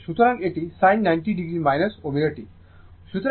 সুতরাং এটি sin 90 o ω t